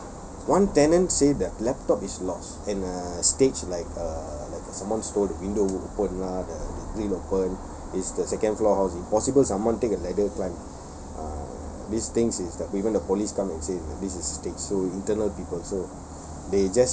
one tenant say that laptop is lost and uh stage like uh like someone stole the window open lah the the grill open is the second floor house is possible someone take a ladder climb uh this things is that even the police come and say this is staged so internal people so